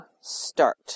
start